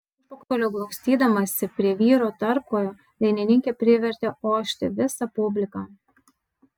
užpakaliu glaustydamasi prie vyro tarpkojo dainininkė privertė ošti visą publiką